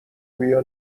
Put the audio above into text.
بیا